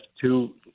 two